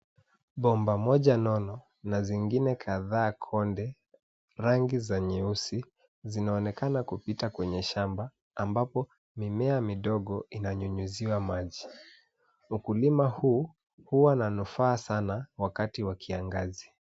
Bomba moja nono na zingine kadhaa konde. Rangi za nyeusi zinaonekana kupita kwenye shamba ambapo mimea midogo inanyunyuziwa maji. Ukulima huu huwa na nufaa sana wakati wa kiangazi.